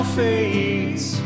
face